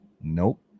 Nope